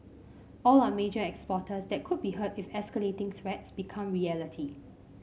all are major exporters that could be hurt if escalating threats become reality